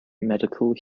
medical